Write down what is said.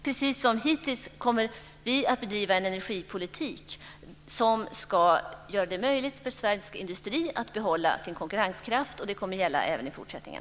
Precis som hittills kommer vi att bedriva en energipolitik som ska göra det möjligt för svensk industri att behålla sin konkurrenskraft, och det kommer att gälla även i fortsättningen.